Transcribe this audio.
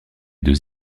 deux